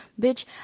Bitch